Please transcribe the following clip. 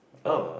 oh